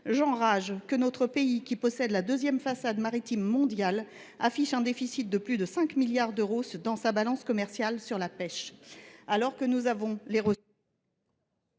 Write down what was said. J’enrage que notre pays, qui possède la deuxième façade maritime mondiale, affiche un déficit de plus de 5 milliards d’euros dans sa balance commerciale sur la pêche